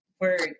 word